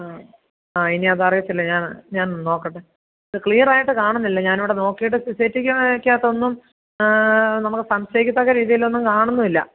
ആ ആ ഇനിയതറയത്തില്ല ഞാൻ ഞാനൊന്ന് നോക്കട്ടെ ക്ലിയറായിട്ട് കാണുന്നില്ല ഞാനിവിടെ നോക്കിയിട്ട് സി സി ടി യ്ക്കകത്തൊന്നും നമ്മൾ സംശയിക്കത്തക്ക രീതിയിലൊന്നും കാണുന്നും ഇല്ല